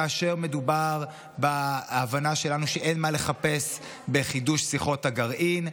כאשר מדובר בהבנה שלנו שאין מה לחפש בחידוש שיחות הגרעין,